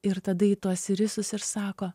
ir tada į tuos irisus ir sako